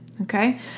Okay